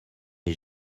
est